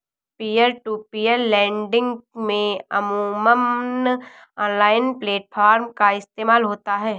peer to peer lending में अमूमन online platform का इस्तेमाल होता है